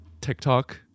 TikTok